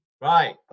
Right